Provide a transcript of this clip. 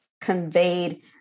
conveyed